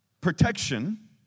protection